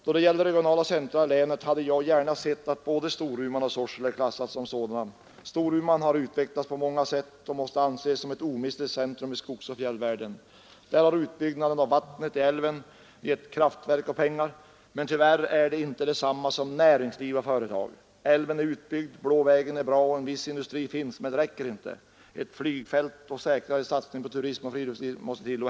Då det gäller regionala centra i länet hade jag gärna sett att både Storuman och Sorsele klassats som sådana. Storuman har utvecklats på många sätt och måste anses som ett omistligt centrum i skogsoch fjällvärlden. Där har utbyggnaden av älven givit kraftverk och pengar behov av fortsatt utveckling och goda men tyvärr är det inte detsamma som näringsliv och företag. Älven är utbyggd, Blå vägen är bra och en viss industri finns, men det räcker inte. Ett flygfält och säkrare satsning på turism och friluftsliv måste till.